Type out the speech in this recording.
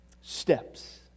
steps